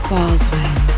Baldwin